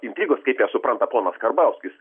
intrigos kaip jas supranta ponas karbauskis